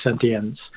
sentience